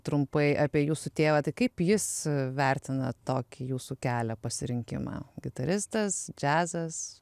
trumpai apie jūsų tėvą tai kaip jis vertina tokį jūsų kelią pasirinkimą gitaristas džiazas